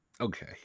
Okay